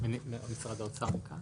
שתיים,